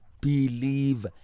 believe